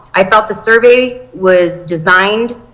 i thought the survey was designed